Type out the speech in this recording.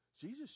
Jesus